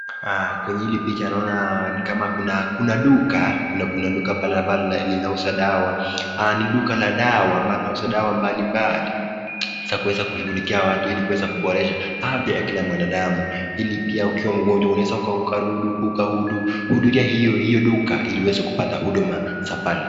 Hapa kwenye hili picha nikama kuna duka, kuna duka ambapo pale inauza dawa mbalimbali. Inaweza kushugulikia watu ili kuweza kuboresha afya ya kila mwanadamu ili pia ukiwa mgonjwa unaweza kuhudumiwa hio duka ili uweze upate huduma za pale.